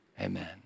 Amen